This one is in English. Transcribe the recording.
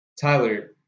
Tyler